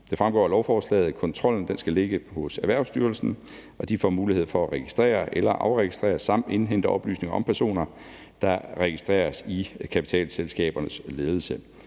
Det fremgår af lovforslaget, at kontrollen skal ligge hos Erhvervsstyrelsen, og de får mulighed for at registrere eller afregistrere samt indhente oplysninger om personer, der registreres i kapitalselskabernes ledelse.